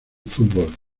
fútbol